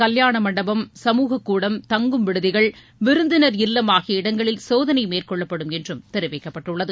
கல்யாண மண்டபம் சமூகக் கூடம் தங்கும் விடுதிகள் விருந்தினர் இல்லம் ஆகிய இடங்களில் சோதனை மேற்கொள்ளப்படும் என்றும் தெரிவிக்கப்பட்டுள்ளது